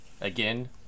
Again